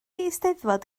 eisteddfod